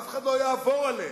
ואף אחד לא יעבור עליהם,